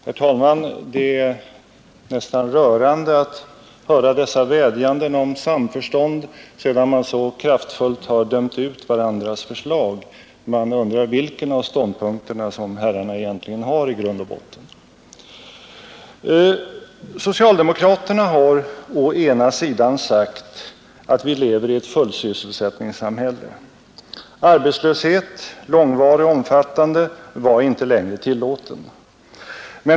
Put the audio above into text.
Herr talman! Det är nästan rörande att höra dessa vädjanden om samförstånd sedan man hört att talarna så kraftfullt har dömt ut varandras förslag. Man undrar vilken av ståndpunkterna herrarna egentligen har i grund och botten. Socialdemokraterna har å ena sidan sagt att vi lever i ett fullsysselsättningssamhälle. Arbetslöshet — långvarig, omfattande — är inte längre tillåten.